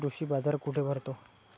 कृषी बाजार कुठे भरतो?